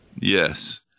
Yes